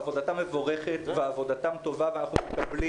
עבודתם מבורכת ועבודתם טובה ואנחנו מקבלים